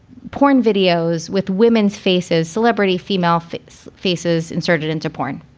porn videos with women's faces, celebrity female fakes, faces inserted into porn.